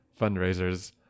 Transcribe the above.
fundraisers